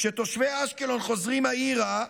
כשתושבי אשקלון חוזרים העירה,